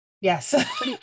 Yes